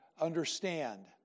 understand